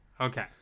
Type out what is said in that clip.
Okay